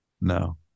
No